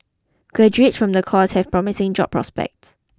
graduates from the course have promising job prospects